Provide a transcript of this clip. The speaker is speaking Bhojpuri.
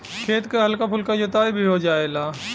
खेत क हल्का फुल्का जोताई भी हो जायेला